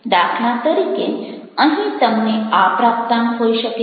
દાખલા તરીકે અહીં તમને આ પ્રાપ્તાંક હોઈ શકે છે